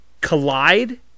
collide